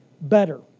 better